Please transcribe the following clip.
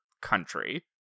country